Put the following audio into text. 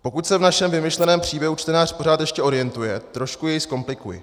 Pokud se v našem vymyšleném příběhu čtenář pořád ještě orientuje, trošku jej zkomplikuji.